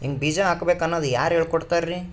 ಹಿಂಗ್ ಬೀಜ ಹಾಕ್ಬೇಕು ಅನ್ನೋದು ಯಾರ್ ಹೇಳ್ಕೊಡ್ತಾರಿ?